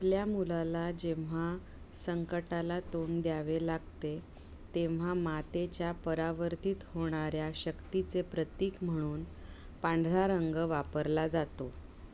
आपल्या मुलाला जेव्हा संकटाला तोंड द्यावे लागते तेव्हा मातेच्या परावर्तित होणाऱ्या शक्तीचे प्रतीक म्हणून पांढरा रंग वापरला जातो